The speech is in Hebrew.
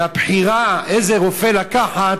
והבחירה איזה רופא לקחת